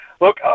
look